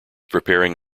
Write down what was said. preparing